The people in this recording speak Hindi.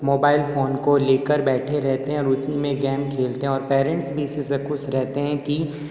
मोबाइल फ़ोन को लेकर बैठे रहते हैं और उसी में गेम खेलते हैं और पैरेंट्स भी इसी से खुश रहते हैं की